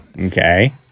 Okay